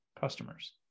customers